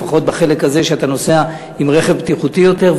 לפחות בחלק הזה שאתה נוסע ברכב בטיחותי יותר.